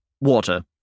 water